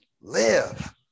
live